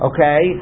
Okay